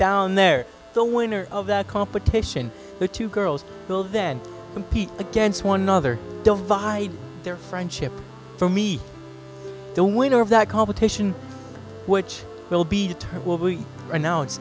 down there the winner of the competition the two girls will then compete against one another by their friendship for me the winner of that competition which will be to turn right now it's